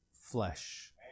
flesh